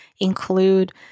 include